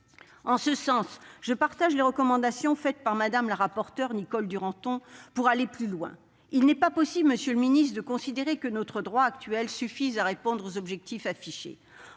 En ce sens, je partage les recommandations de Mme le rapporteur Nicole Duranton pour aller plus loin. Il n'est pas possible, monsieur le secrétaire d'État, de considérer que notre droit actuel suffit à atteindre les objectifs affichés.